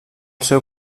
seu